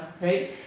right